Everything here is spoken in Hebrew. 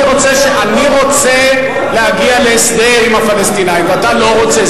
אני רוצה להגיע להסדר עם הפלסטינים ואתה לא רוצה.